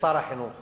ולשר החינוך